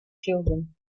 children